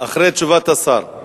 אחרי תשובת השר.